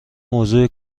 موضوع